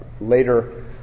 later